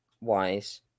wise